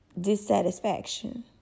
dissatisfaction